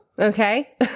Okay